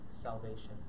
salvation